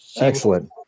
Excellent